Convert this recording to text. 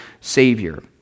savior